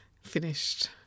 finished